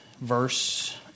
Verse